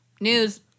News